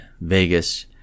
Vegas